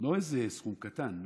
לא איזה סכום קטן,